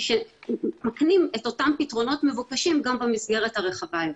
שמקנים את אותם פתרונות מבוקשים גם במסגרת הרחבה יותר.